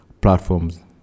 platforms